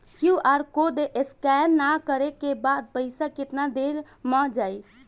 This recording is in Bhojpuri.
क्यू.आर कोड स्कैं न करे क बाद पइसा केतना देर म जाई?